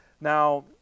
Now